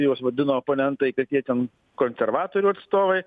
juos vadino oponentai kokie ten konservatorių atstovai